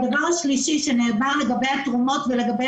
הדבר השלישי שנאמר לגבי התרומות ולגבי